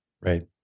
right